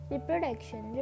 Reproduction